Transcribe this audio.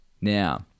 Now